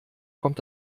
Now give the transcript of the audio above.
kommt